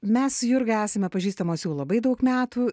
mes jurga esame pažįstamos jau labai daug metų